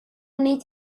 nit